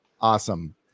awesome